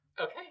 Okay